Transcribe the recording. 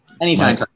anytime